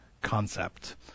concept